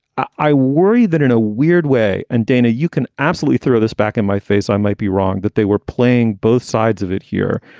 i worry that in a weird way. and and dana, you can absolutely throw this back in my face. i might be wrong that they were playing both sides of it here,